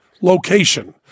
location